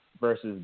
versus